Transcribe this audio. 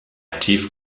active